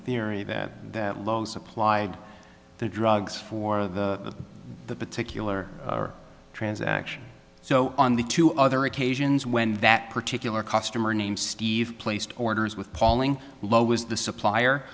theory that lho supplied the drugs for the the particular transaction so on the two other occasions when that particular customer named steve placed orders with palling lho was the supplier